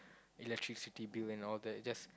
electricity bill and all that just